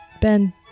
Ben